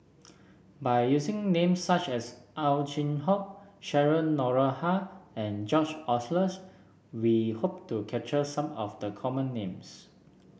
by using names such as Ow Chin Hock Cheryl Noronha and George Oehlers we hope to capture some of the common names